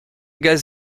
gaz